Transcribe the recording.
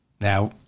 Now